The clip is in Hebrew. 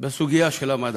בסוגיה של המדע.